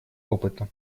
опыта